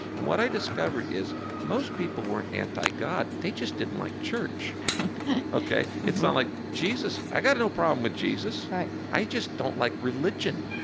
and what i discovered is most people weren't anti-god. they just didn't like church right ok? it's not like, jesus i got no problem with jesus right i just don't like religion.